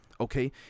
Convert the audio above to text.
Okay